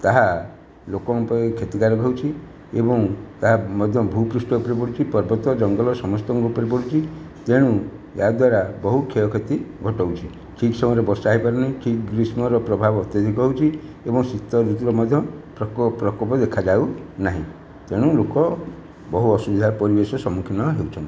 ତାହା ଲୋକଙ୍କ ପାଇଁ କ୍ଷତିକାରକ ହେଉଛି ଏବଂ ତାହା ମଧ୍ୟ ଭୂପୃଷ୍ଠ ଉପରେ ପଡ଼ୁଛି ପର୍ବତ ଜଙ୍ଗଲ ସମସ୍ତଙ୍କ ଉପରେ ପଡ଼ୁଛି ତେଣୁ ଏହାଦ୍ୱାରା ବହୁ କ୍ଷୟକ୍ଷତି ଘଟଉଛି ଠିକ୍ ସମୟରେ ବର୍ଷା ହୋଇପାରୁନି କି ଗ୍ରୀଷ୍ମର ପ୍ରଭାବ ଅତ୍ୟଧିକ ହେଉଛି ଏବଂ ଶୀତଋତୁର ମଧ୍ୟ ପ୍ରକୋପ୍ରକୋପ ଦେଖାଯାଉ ନାହିଁ ତେଣୁ ଲୋକ ବହୁ ଅସୁବିଧାର ପରିବେଶ ସମ୍ମୁଖୀନ ହେଉଛନ୍ତି